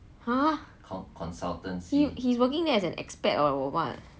!huh! he is working there as an expat or what